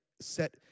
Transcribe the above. set